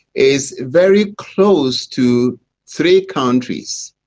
is very close to three countries.